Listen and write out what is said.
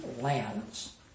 lands